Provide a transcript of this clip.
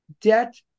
debt